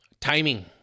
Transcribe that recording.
timing